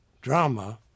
drama